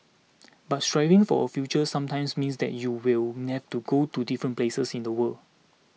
but striving for a future sometimes means that you will nave to go to different places in the world